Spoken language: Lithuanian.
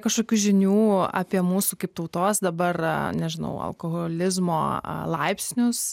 kašokių žinių apie mūsų kaip tautos dabar nežinau alkoholizmo laipsnius